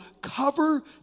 cover